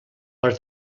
per